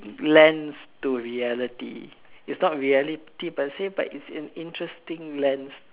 lens to reality is not reality per se its an interesting lens